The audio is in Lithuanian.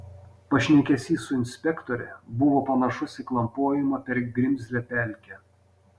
pašnekesys su inspektore buvo panašus į klampojimą per grimzlią pelkę